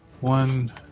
One